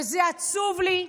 וזה עצוב לי,